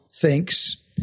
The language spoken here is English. thinks